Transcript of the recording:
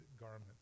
garment